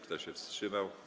Kto się wstrzymał?